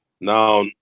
Now